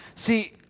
See